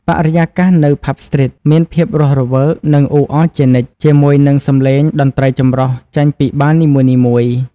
បរិយាកាសនៅ Pub Street មានភាពរស់រវើក និងអ៊ូអរជានិច្ច ជាមួយនឹងសំឡេងតន្ត្រីចម្រុះចេញពីបារនីមួយៗ។